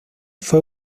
fue